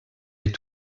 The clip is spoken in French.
est